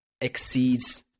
exceeds